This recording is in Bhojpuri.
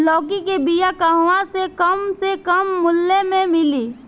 लौकी के बिया कहवा से कम से कम मूल्य मे मिली?